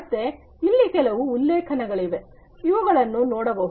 ಮತ್ತೆ ಎಲ್ಲಿ ಕೆಲವು ಉಲ್ಲೇಖಗಳಿವೆ ಇವುಗಳನ್ನು ನೋಡಬಹುದು